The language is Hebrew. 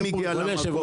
דוד, מי מגיע למכולת?